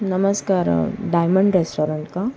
नमस्कार diamond restaurant का